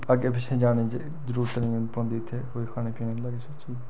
अग्गें पिच्छें जाने दी ज जरूरत नी पौंदी उत्थें कोई खाने पीने आह्ला किश बी